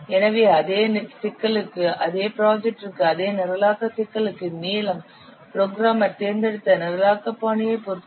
எனவே அதே சிக்கலுக்கு அதே ப்ராஜெக்டிற்கு அதே நிரலாக்க சிக்கலுக்கு நீளம் புரோகிராமர் தேர்ந்தெடுத்த நிரலாக்க பாணியைப் பொறுத்தது